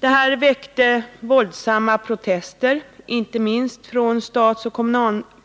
Detta väckte våldsamma protester, inte minst från Statsoch